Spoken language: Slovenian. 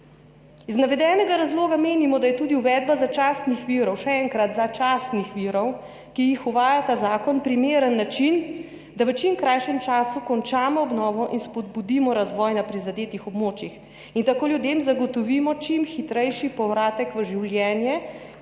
Iz navedenega razloga menimo, da je tudi uvedba začasnih virov, še enkrat, začasnih virov, ki jih uvaja ta zakon, primeren način, da v čim krajšem času končamo obnovo in spodbudimo razvoj na prizadetih območjih in tako ljudem zagotovimo čim hitrejši povratek v življenje,